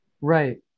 right